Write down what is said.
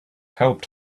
helped